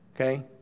Okay